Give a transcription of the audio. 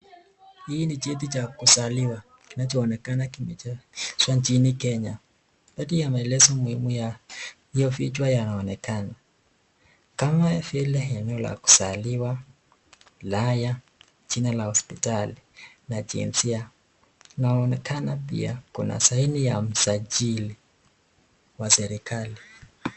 Hii ni cheti cha kuzaliwa kinachoonekana kimejazwa nchini Kenya. Baadhi ya maelezo muhimu ya hiyo vichwa yaonekana, kama vile eneo la kuzaliwa, wilaya, jina la hospitali na jinsia. Inaonekana pia kuna saini ya msajili wa serikali.